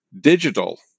digital